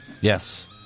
Yes